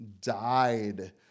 died